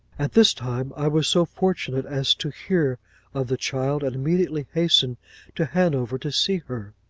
at this time, i was so fortunate as to hear of the child, and immediately hastened to hanover to see her.